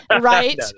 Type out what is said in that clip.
Right